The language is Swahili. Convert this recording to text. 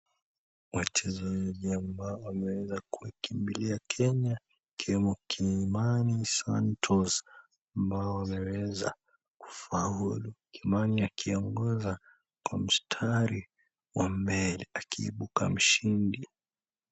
Wachezaji ambao wameweza kukimbilia Kenya wakiwemo Kilimani Santos ambaye ameweza kufaulu. Kimani akiongoza kwa mstari wa mbele akiibuka mshindi.